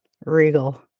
Regal